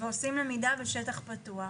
ועושים למידה בשטח פתוח.